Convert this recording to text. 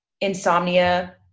insomnia